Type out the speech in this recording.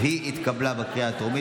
התשפ"ג 2023,